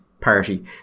party